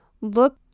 look